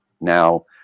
now